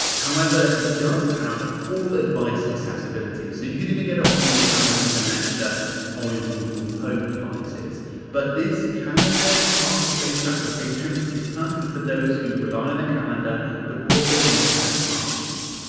however, it does have all device accessibility, so you can even get it on your amazon alexa or your google home devices. but this calendar task based application is perfect for those who rely on their calendar but also want to add tasks.